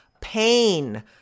pain